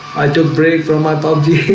i took break from my party